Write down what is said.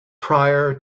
prior